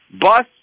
bus